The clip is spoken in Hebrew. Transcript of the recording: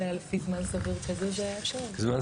כמה?